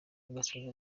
agasoza